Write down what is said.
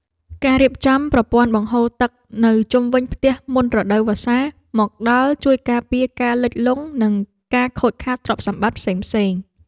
ការរៀបចំប្រព័ន្ធបង្ហូរទឹកនៅជុំវិញផ្ទះមុនរដូវវស្សាមកដល់ជួយការពារការលិចលង់ និងការខូចខាតទ្រព្យសម្បត្តិផ្សេងៗ។